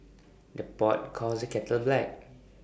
the pot calls the kettle black